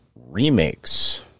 Remakes